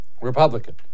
Republican